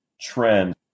trend